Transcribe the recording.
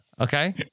Okay